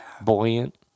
buoyant